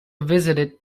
visited